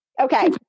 Okay